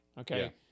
Okay